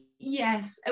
Yes